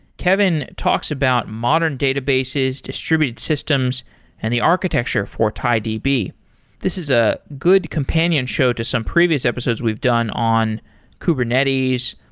kevin talks about modern databases, distributed systems and the architecture for tidb. this is a good companion show to some previous episodes we've done on kubernetes,